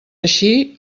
així